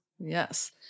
Yes